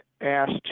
asked